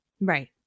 Right